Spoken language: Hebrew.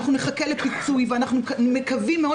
אנחנו נחכה לפיצוי ואנחנו מקווים מאוד